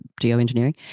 geoengineering